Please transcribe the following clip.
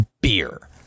beer